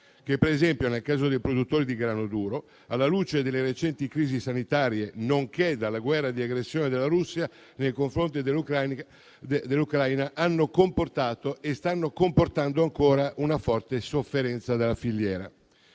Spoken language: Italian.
che, per esempio, nel caso dei produttori di grano duro, alla luce delle recenti crisi sanitarie, nonché della guerra di aggressione della Russia nei confronti dell'Ucraina, hanno comportato e stanno comportando ancora una forte sofferenza della filiera.